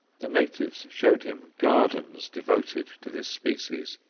the natives showed him gardens devoted to this species,